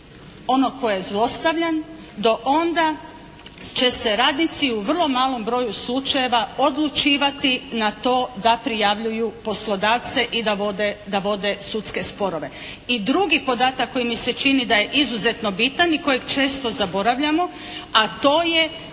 onog tko je zlostavljan do onda će se radnici u vrlo malom broju slučajeva odlučivati na to da prijavljuju poslodavce i da vode sudske sporove. I drugi podatak koji mi se čini da je izuzetno bitan i kojeg često zaboravljamo a to je